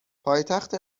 پایتخت